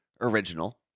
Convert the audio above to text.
original